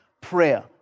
prayer